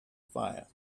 fire